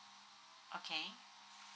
okay